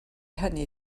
hynny